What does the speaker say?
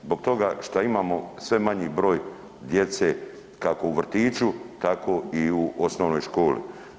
Zbog toga šta imamo sve manji broj djece kako u vrtiću, tako i u osnovnoj školi.